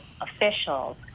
officials